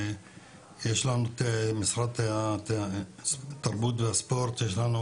יש לנו את משרד התרבות והספורט ויש לנו